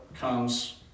comes